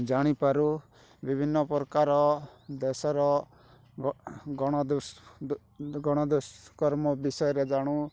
ଜାଣି ପାରୁ ବିଭିନ୍ନ ପରକାର ଦେଶର ଗଣଦୁଷ୍କର୍ମ ବିଷୟରେ ଜାଣୁ